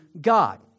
God